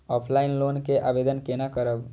Offline loan के आवेदन केना करब?